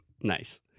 Nice